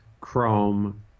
Chrome